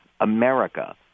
America